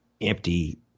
empty